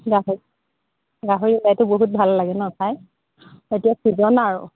গাহৰি গাহৰি লাইটো বহুত ভাল লাগে ন খাই এতিয়া ছিজন আৰু